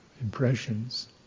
impressions